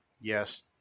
Yes